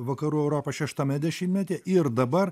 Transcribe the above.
vakarų europą šeštame dešimtmetyje ir dabar